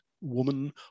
woman